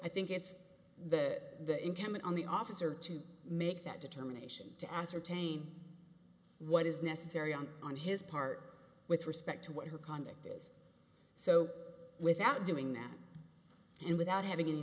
i think it's the incumbent on the officer to make that determination to ascertain what is necessary and on his part with respect to what her conduct is so without doing that and without having any